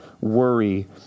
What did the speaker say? worry